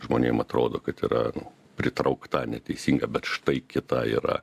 žmonėm atrodo kad yra nu pritraukta neteisinga bet štai kita yra